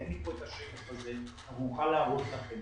אין לי כאן את השקף הזה אבל אוכל להראות לכם.